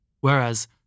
whereas